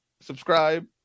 subscribe